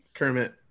Kermit